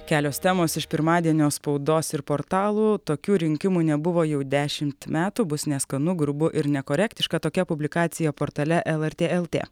kelios temos iš pirmadienio spaudos ir portalų tokių rinkimų nebuvo jau dešimt metų bus neskanu grubu ir nekorektiška tokia publikacija portale lrt lt